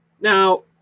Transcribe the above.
Now